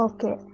Okay